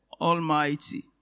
Almighty